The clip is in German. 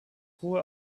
hohe